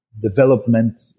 Development